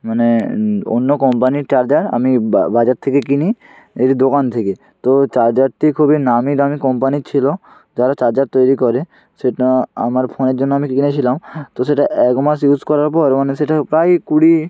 মানে অন্য কম্পানির চার্জার আমি বাজার থেকে কিনি একটি দোকান থেকে তো ওই চার্জারটি খুবই নামি দামি কোম্পানির ছিলো যারা চার্জার তৈরি করে সেটা আমার ফোনের জন্য আমি কিনেছিলাম তো সেটা এক মাস ইউস করার পর মানে সেটা প্রায় কুড়ি